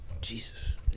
Jesus